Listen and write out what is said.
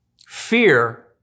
Fear